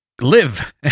live